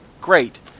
great